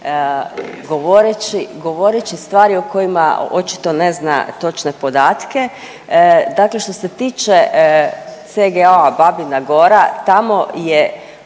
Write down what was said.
govoreći stvari o kojima očito ne zna točne podatke. Dakle, što se tiče CGA Babina Gora tamo je